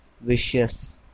vicious